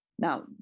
Now